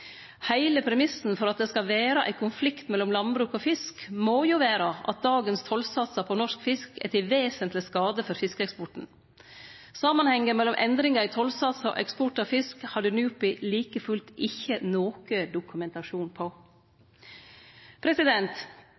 Heile premissen for at det skal vere ein konflikt mellom landbruk og fisk, må jo vere at dagens tollsatsar på norsk fisk er til vesentleg skade for fiskeeksporten. Samanhengen mellom endringar i tollsatsar og eksport av fisk hadde NUPI like fullt ikkje nokon dokumentasjon